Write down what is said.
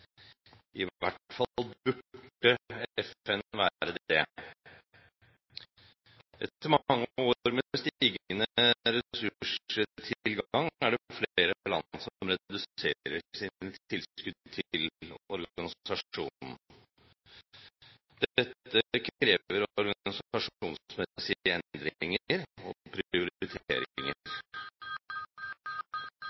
i hvert fall burde FN være det. Etter mange år med stigende ressurstilgang er det flere land som reduserer sine tilskudd til organisasjonen. Dette krever organisasjonsmessige endringer og prioriteringer.